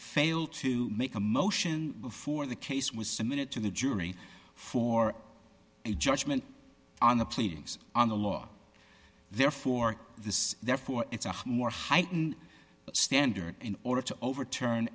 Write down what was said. failed to make a motion before the case was submitted to the jury for a judgment on the pleadings on the law therefore this therefore it's a more heightened standard in order to overturn